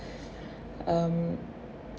um